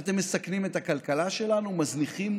אתם מסכנים את הכלכלה שלנו, מזניחים